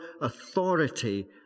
authority